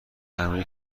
عمیقی